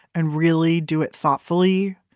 and really do it thoughtfully,